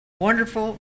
Wonderful